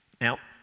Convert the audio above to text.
Now